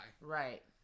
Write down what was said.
Right